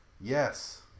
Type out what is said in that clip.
Yes